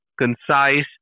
concise